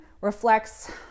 reflects